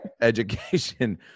education